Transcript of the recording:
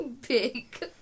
big